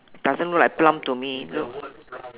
doesn't look like plum to me look